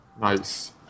Nice